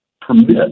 permit